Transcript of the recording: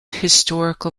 historical